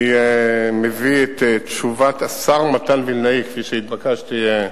אני מביא את תשובת השר מתן וילנאי, כפי שהתבקשתי,